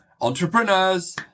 entrepreneurs